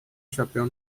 chapéu